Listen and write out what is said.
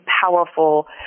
powerful